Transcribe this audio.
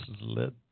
let